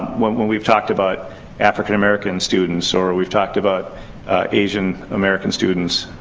when when we've talked about african american students or or we've talked about asian american students,